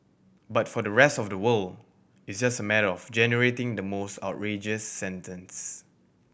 but for the rest of the world it's just a matter of generating the most outrageous sentence